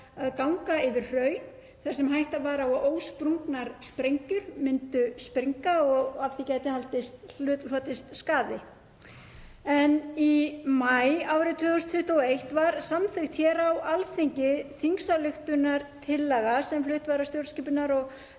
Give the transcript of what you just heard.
ganga yfir hraun þar sem hætta var á að ósprungnar sprengjur myndu springa og af því gæti hlotist skaði. Í maí árið 2021 var samþykkt hér á Alþingi þingsályktunartillaga sem flutt var af stjórnskipunar- og